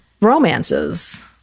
romances